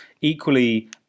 Equally